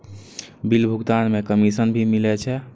Bill भुगतान में commission भी मिले छै?